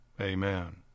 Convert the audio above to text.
Amen